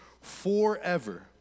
forever